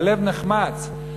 הלב נחמץ.